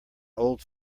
old